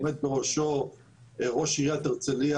עומד בראשו ראש עיריית הרצליה,